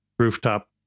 rooftop